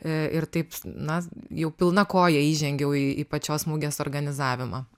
ir taip na jau pilna koja įžengiau į pačios mugės organizavimą